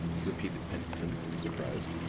repeated pendleton, surprised.